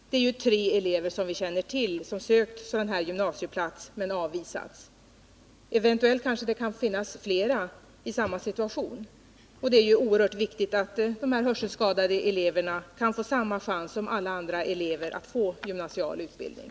Vi känner till tre elever som sökt gymnasieplats men avvisats, och eventuellt kan det finnas fler i samma situation. Det är oerhört viktigt att de hörselskadade eleverna kan få svårt för statsrådet att ge något samma chans som alla andra elever till en gymnasieutbildning.